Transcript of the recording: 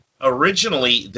Originally